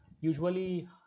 usually